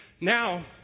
now